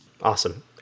Awesome